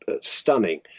stunning